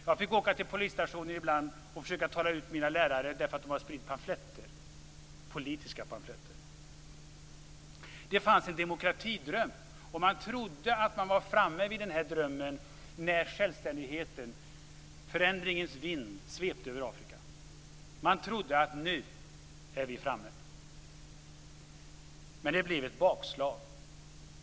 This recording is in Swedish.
Jag fick ibland åka till polisstationen och försöka tala ut mina lärare därför att de hade spritt pamfletter - politiska pamfletter. Det fanns en demokratidröm, och man trodde att man var framme vid den drömmen när förändringens vind, självständigheten, svepte över Afrika. Man trodde att nu är vi framme. Men det blev ett bakslag.